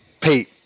Pete